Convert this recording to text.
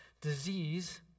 disease